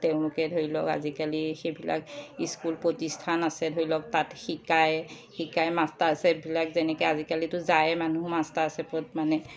তেওঁলোকে ধৰি লওক আজিকালি সেইবিলাক স্কুল প্ৰতিষ্ঠান আছে ধৰি লওক তাত শিকায় শিকাই মাষ্টাৰ চেফবিলাক যেনেকৈ আজিকালিতো যায় মানুহ মাষ্টাৰ চেফত মানে